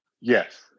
Yes